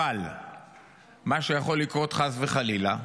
אבל מה שיכול לקרות, חס וחלילה,